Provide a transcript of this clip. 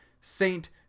Saint